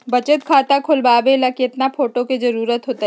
बचत खाता खोलबाबे ला केतना फोटो के जरूरत होतई?